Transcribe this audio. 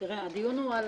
תראה, הדיון הוא על